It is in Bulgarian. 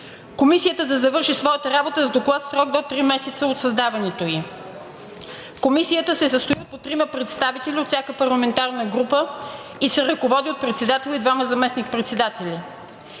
Комисията да завърши своята работа с доклад в срок до три месеца от създаването ѝ. 4. Комисията се състои от по трима представители от всяка парламентарна група и се ръководи от председател и двама заместник-председатели.